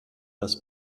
das